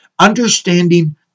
Understanding